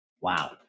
Wow